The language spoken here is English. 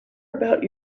about